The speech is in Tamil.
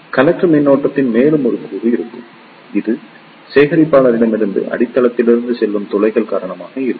கலெக்டர் மின்னோட்டத்தின் மேலும் ஒரு கூறு இருக்கும் இது சேகரிப்பாளரிடமிருந்து அடித்தளத்திற்கு செல்லும் துளைகள் காரணமாக இருக்கும்